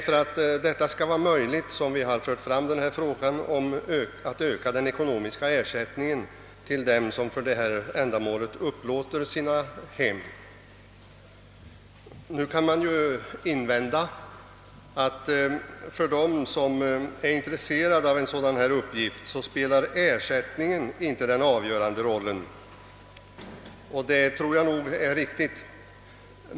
För att detta skall vara möjligt har vi fört fram frågan om ett ökande av den ekonomiska ersättningen till dem som för detta ändamål upplåter sina hem. Nu kan det invändas att för den som är intresserad av en sådan här uppgift spelar ersättningen inte den avgörande rollen. Detta är nog riktigt.